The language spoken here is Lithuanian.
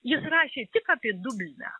jis rašė tik apie dubliną